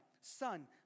son